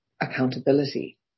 accountability